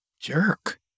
jerk